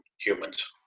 humans